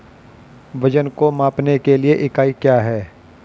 वजन को मापने के लिए इकाई क्या है?